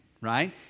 right